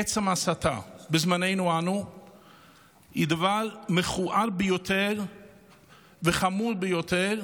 עצם ההסתה בזמננו אנו הוא דבר מכוער ביותר וחמור ביותר,